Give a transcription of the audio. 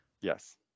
Yes